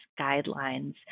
guidelines